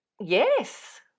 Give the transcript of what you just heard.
yes